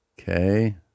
Okay